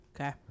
Okay